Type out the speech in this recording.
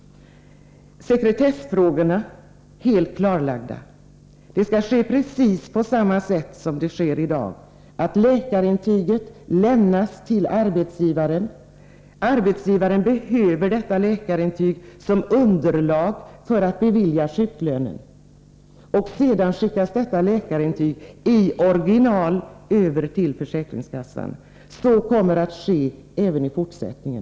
Sekretessfrågorna är helt klarlagda. Precis på samma sätt som i dag skall läkarintyg lämnas till arbetsgivaren. Denne behöver detta läkarintyg som underlag för att bevilja sjuklön. Sedan skickas läkarintyget i original över till försäkringskassan. Så kommer att ske även i fortsättningen.